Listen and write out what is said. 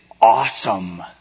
awesome